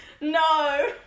No